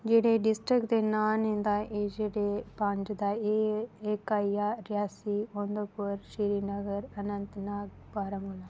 जेह्ड़े डिस्ट्रिक्ट दे नांऽ न उंदा एह् जेह्ड़े पंज न ते एह् इक्क आइया रियासी उधमपुर श्रीनगर अनंतनाग बारामूला